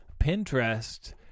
Pinterest